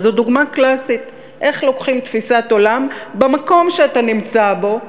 וזו דוגמה קלאסית איך לוקחים תפיסת עולם במקום שאתה נמצא בו,